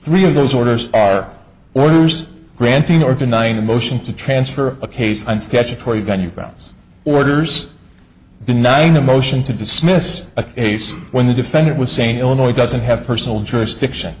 three of those orders are orders granting or denying a motion to transfer a case on statutory venue bounce orders denying a motion to dismiss a case when the defendant was saying illinois doesn't have personal jurisdiction